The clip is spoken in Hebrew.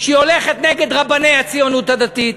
והיא הולכת נגד רבני הציונות הדתית,